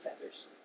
feathers